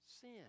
sin